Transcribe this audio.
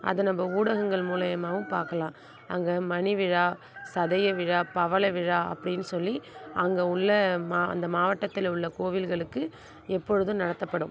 அதை நம்ம ஊடகங்கள் மூலிமாவும் பார்க்கலாம் அங்கே மணி விழா சதய விழா பவள விழா அப்படின்னு சொல்லி அங்கே உள்ள மா அந்த மாவட்டத்தில் உள்ள கோவில்களுக்கு எப்பொழுதும் நடத்தப்படும்